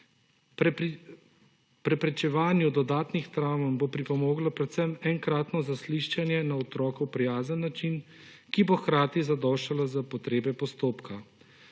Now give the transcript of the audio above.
preprečevanju dodatnih travm bo pripomoglo predvsem enkratno zaslišanje na otroku prijazen način, ki bo hkrati zadoščalo za potrebe postopka.